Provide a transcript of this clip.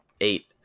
eight